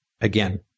again